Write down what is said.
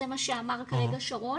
זה מה שאמר כרגע שרון,